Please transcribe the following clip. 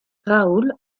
raoul